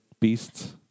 Beasts